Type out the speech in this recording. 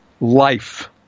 life